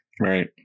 Right